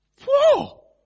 whoa